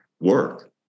work